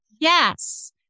Yes